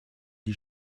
die